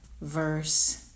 verse